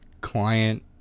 client